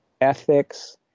ethics